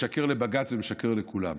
משקר לבג"ץ ומשקר לכולם.